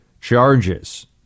charges